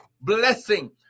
blessing